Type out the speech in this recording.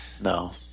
No